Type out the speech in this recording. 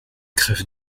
crève